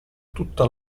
tutta